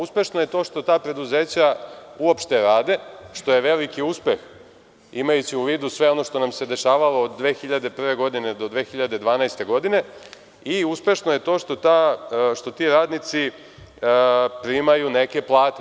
Uspešno je to što ta preduzeća uopšte rade, što je veliki uspeh, imajući u vidu sve ono što nam se dešavalo od 2001. do 2012. godine, uspešno je to što ti radnici primaju neke plate.